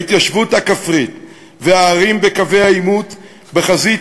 ההתיישבות הכפרית והערים בקווי העימות בחזית,